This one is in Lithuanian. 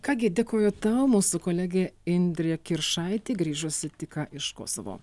ką gi dėkoju tau mūsų kolegė indrė kiršaitė grįžusi tik ką iš kosovo